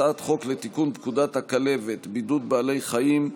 הצעת חוק לתיקון פקודת הכלבת (בידוד בעלי חיים),